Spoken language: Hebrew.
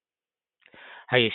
הציורים.